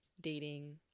dating